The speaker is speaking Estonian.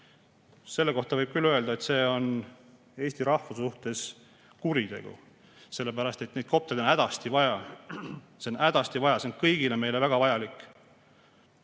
Selle kohta võib küll öelda, et see on Eesti rahva suhtes kuritegu, sellepärast et neid koptereid on hädasti vaja. Neid on hädasti vaja! Need on meile kõigile väga vajalikud.